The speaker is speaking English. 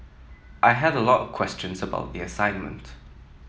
I had a lot of questions about the assignment